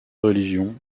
religion